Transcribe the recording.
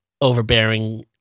overbearing